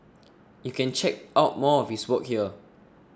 you can check out more of his work here